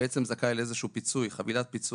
בעצם זכאי לאיזשהו פיצוי: חבילת פיצוי.